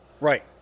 right